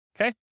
okay